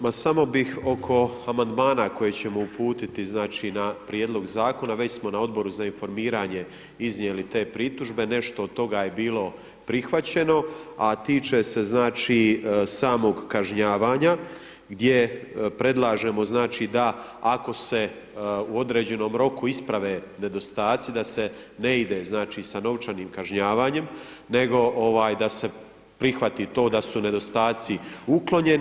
Hvala, ma samo bih oko amandmana koje ćemo uputiti znači na prijedlog zakona već smo na Odboru za informiranje iznijeli te pritužbe, nešto od toga je bilo prihvaćeno, a tiče se znači samog kažnjavanja gdje predlažemo znači da ako se u određenom roku isprave nedostaci da se ne ide znači sa novčanim kažnjavanjem, nego ovaj da se prihvati to da su nedostaci uklonjeni.